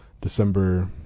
December